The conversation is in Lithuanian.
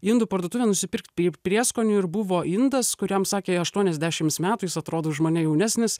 indų parduotuvę nusipirkt pri prieskonių ir buvo indas kuriam sakė aštuoniasdešims metų jis atrodo už mane jaunesnis